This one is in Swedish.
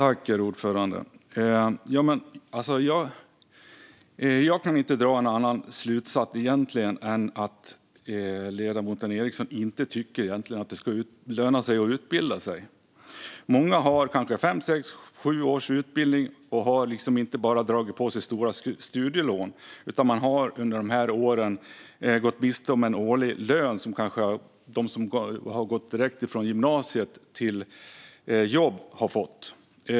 Herr talman! Jag kan inte dra någon annan slutsats än att ledamoten Eriksson inte tycker att det ska löna sig att utbilda sig. Många har kanske fem, sex eller sju års utbildning och har inte bara dragit på sig stora studielån utan har under dessa år också gått miste om en årlig lön som de människor som har gått direkt från gymnasiet till jobb har fått.